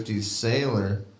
Sailor